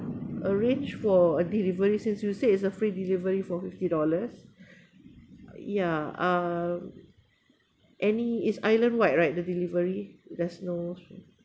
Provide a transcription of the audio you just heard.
arrange for a delivery since you say it's a free delivery for fifty dollars yeah uh any it's island wide right the delivery there's no